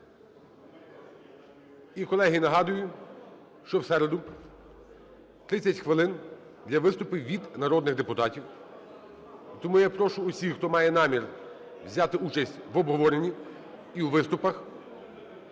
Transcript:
І, колеги, нагадую, що в середу 30 хвилин для виступів від народних депутатів. Тому я прошу усіх, хто має намір взяти участь в обговоренні і у виступах,